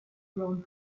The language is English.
grown